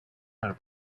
are